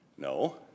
No